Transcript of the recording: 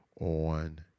on